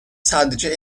sadece